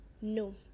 No